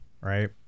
right